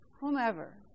whomever